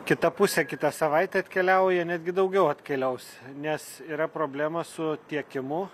kita pusė kitą savaitę atkeliauja netgi daugiau atkeliaus nes yra problemos su tiekimu